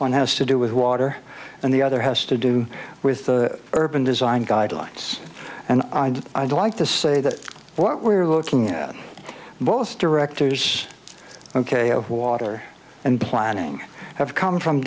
one has to do with water and the other has to do with urban design guidelines and i'd like to say that what we're looking at both directors ok of water and planning have come from